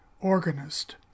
Organist